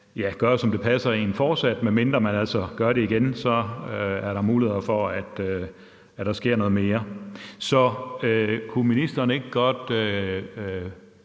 gøre, som det passer en, medmindre man altså gør det igen, hvor der så er muligheder for, at der sker noget mere. Så kunne ministeren ikke godt